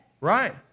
Right